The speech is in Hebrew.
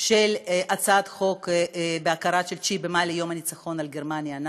של הצעת החוק להכרה ב-9 במאי כיום הניצחון על גרמניה הנאצית.